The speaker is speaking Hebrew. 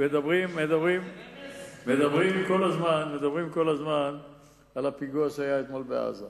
מדברים כל הזמן על הפיגוע שהיה אתמול בעזה.